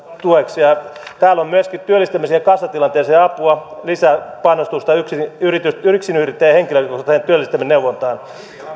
tueksi ja ja täällä on myöskin työllistämiseen ja kassatilanteeseen apua lisäpanostusta yksinyrittäjien henkilökohtaiseen työllistämisneuvontaan